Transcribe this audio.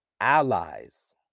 Allies